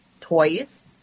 toys